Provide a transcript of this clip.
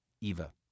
Eva